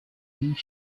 think